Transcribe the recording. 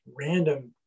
random